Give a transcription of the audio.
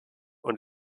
und